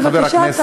בבקשה,